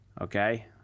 Okay